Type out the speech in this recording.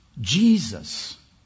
Jesus